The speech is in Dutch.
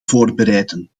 voorbereiden